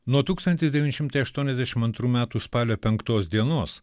nuo tūkstantis devyni šimtai aštuoniasdešim antrų metų spalio penktos dienos